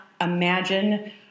imagine